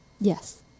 Yes